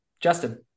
Justin